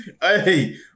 hey